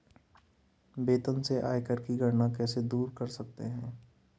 वेतन से आयकर की गणना कैसे दूर कर सकते है?